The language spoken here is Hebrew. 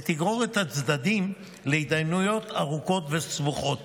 ותגרור את הצדדים להתדיינויות ארוכות וסבוכות.